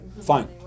fine